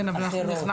עמוד 10,